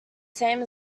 same